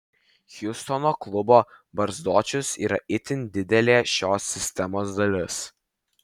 hjustono klubo barzdočius yra itin didelė šios sistemos dalis